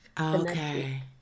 Okay